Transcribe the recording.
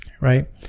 Right